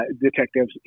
detectives